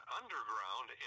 underground